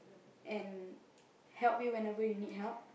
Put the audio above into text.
and help you whenever you need help